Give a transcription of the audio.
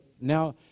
now